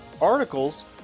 articles